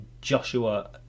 Joshua